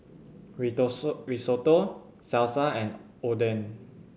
Risotto Salsa and Oden